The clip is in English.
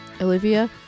Olivia